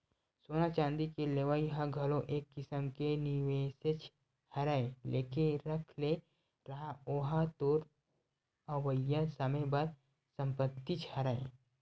सोना चांदी के लेवई ह घलो एक किसम के निवेसेच हरय लेके रख ले रहा ओहा तोर अवइया समे बर संपत्तिच हरय